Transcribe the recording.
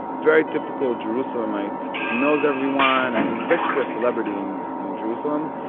very typical jerusalemite. he knows everyone, and he's basically a celebrity in jerusalem,